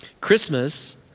Christmas